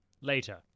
Later